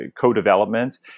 co-development